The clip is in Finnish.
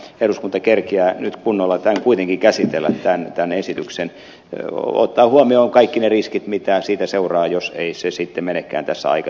minusta on tärkeätä että eduskunta kerkiää nyt kunnolla tämän esityksen kuitenkin käsitellä ottaen huomioon kaikki ne riskit mitä siitä seuraa jos se ei sitten menekään tässä aikataulussa